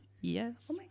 Yes